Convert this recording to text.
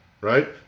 right